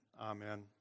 amen